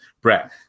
Brett